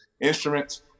instruments